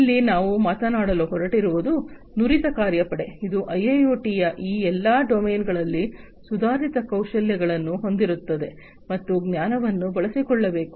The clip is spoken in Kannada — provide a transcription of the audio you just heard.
ಇಲ್ಲಿ ನಾವು ಮಾತನಾಡಲು ಹೊರಟಿರುವುದು ನುರಿತ ಕಾರ್ಯಪಡೆ ಇದು ಐಐಒಟಿಯ ಈ ಎಲ್ಲ ಡೊಮೇನ್ಗಳಲ್ಲಿ ಸುಧಾರಿತ ಕೌಶಲ್ಯಗಳನ್ನು ಹೊಂದಿರುತ್ತದೆ ಮತ್ತು ಜ್ಞಾನವನ್ನು ಬೆಳೆಸಿಕೊಳ್ಳಬೇಕು